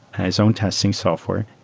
his own testing software,